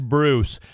Bruce